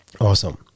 awesome